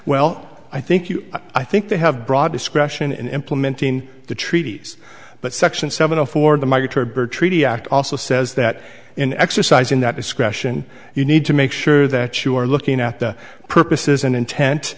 well i think you i think they have broad discretion in implementing the treaties but section seven a for the migratory bird treaty act also says that in exercising that discretion you need to make sure that you are looking at the purposes and intent